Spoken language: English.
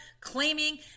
claiming